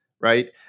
right